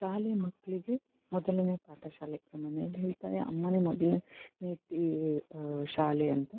ಶಾಲೆ ಮಕ್ಕಳಿಗೆ ಮೊದಲನೇ ಪಾಠ ಶಾಲೆ ನಮ್ಮ ಮನೆಲಿ ಹೇಳ್ತಾರೆ ಅಮ್ಮನೇ ಮೊದಲನೇ ತಿ ಶಾಲೆ ಅಂತ